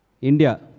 India